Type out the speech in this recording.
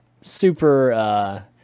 super